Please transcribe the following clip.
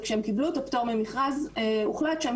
וכשהם קיבלו את הפטור ממכרז הוחלט שם